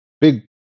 big